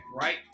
right